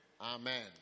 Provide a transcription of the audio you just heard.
Amen